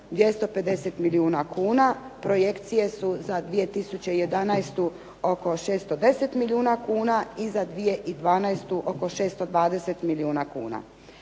250 milijuna kuna, projekcije su za 2011. oko 610 milijuna kuna i za 2012. oko 620 milijuna kuna.